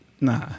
nah